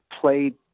played